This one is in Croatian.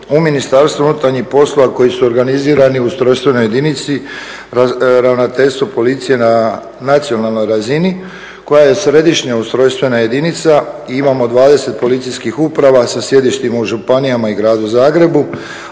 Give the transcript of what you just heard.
u Ministarstvu unutarnjih poslova koji su organizirani u ustrojstvenoj razini, Ravnateljstvu policije na nacionalnoj razini koja je središnja ustrojstvena jedinica. I imamo 20 policijskih uprava sa sjedištima u županijama i gradu Zagrebu,